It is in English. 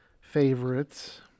favorites